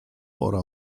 pora